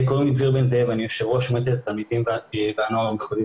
אני יושב ראש מטה התלמידים והנוער,